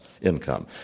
income